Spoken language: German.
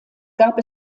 gab